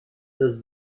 does